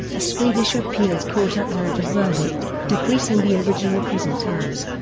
a swedish appeals court upheld the verdict, decreasing the original prison terms,